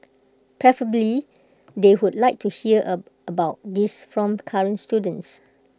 preferably they would like to hear about these from current students